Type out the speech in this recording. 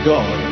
God